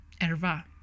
erva